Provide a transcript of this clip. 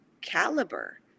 caliber